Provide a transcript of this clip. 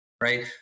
right